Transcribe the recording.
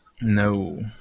No